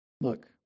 Look